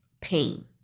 pain